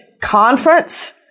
conference